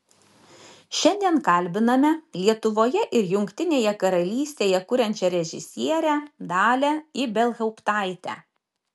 šiandien kalbiname lietuvoje ir jungtinėje karalystėje kuriančią režisierę dalią ibelhauptaitę